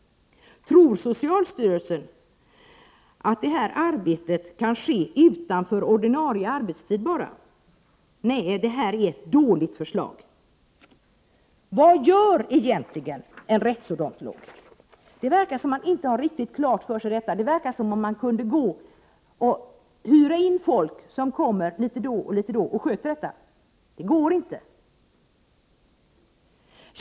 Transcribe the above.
Tror socialstyrelsen att detta arbete kan ske enbart utanför ordinarie arbetstid? Det verkar som om man inte har riktigt klart för sig vad en rättsodontolog egentligen gör. Det verkar som om man tror att det går att hyra in folk som kommer litet då och då och sköter detta, men det går inte. Nej, det här förslaget är helt enkelt dåligt!